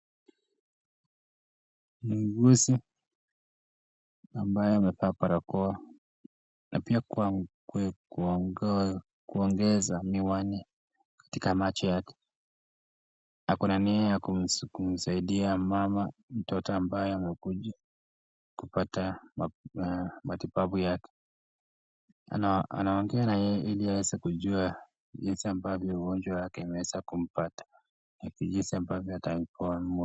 Mwuguzi ambaye amevaa barakoa na pia kuongeza miwani katika macho yake, ako na nia ya kumsaidia mama mtoto ambaye amekuja kupata matibabu yake anaongea na yeye ili aweza kujua jinsi ambavyo ugonjwa wake uliweza kumpata na jinsi ambavyo atakua...